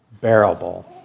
bearable